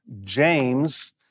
James